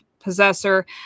possessor